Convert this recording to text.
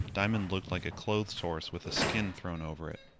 diamond looked like a clothes-horse with a skin thrown over it.